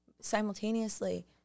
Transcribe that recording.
Simultaneously